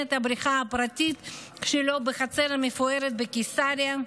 את הבריכה הפרטית שלו בחצר המפוארת בקיסריה?